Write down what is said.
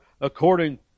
according